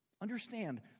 Understand